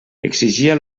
exigia